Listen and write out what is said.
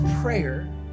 prayer